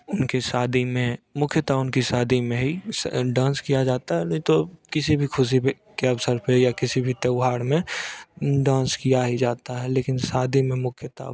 उनकी शादी में मुख्यतः उनकी शादी में ही डांस किया जाता है नहीं तो किसी भी ख़ुशी पर के अवसर पर या किसी भी त्योहार में डांस किया ही जाता है लेकिन शादी में मुख्यता